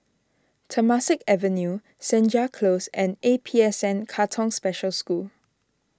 Temasek Avenue Senja Close and A P S N Katong Special School